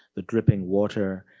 the dripping water,